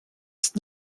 ist